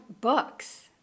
books